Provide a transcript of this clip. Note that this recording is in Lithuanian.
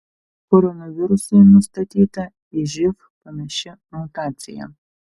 koronavirusui nustatyta į živ panaši mutacija